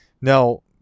Now